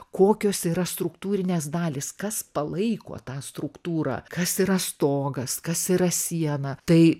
kokios yra struktūrinės dalys kas palaiko tą struktūrą kas yra stogas kas yra siena tai